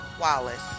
Wallace